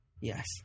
Yes